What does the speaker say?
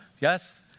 yes